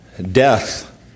Death